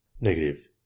Negative